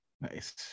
Nice